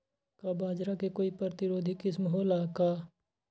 का बाजरा के कोई प्रतिरोधी किस्म हो ला का?